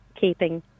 keeping